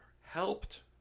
helped